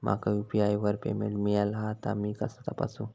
माका यू.पी.आय वर पेमेंट मिळाला हा ता मी कसा तपासू?